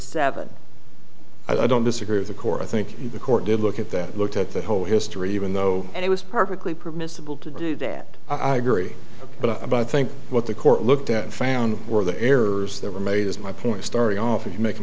seven i don't disagree with the core i think the court did look at that looked at the whole history even though it was perfectly permissible to do that i agree but i think what the court looked at and found were the errors that were made is my point story offer you make a